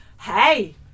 hey